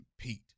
compete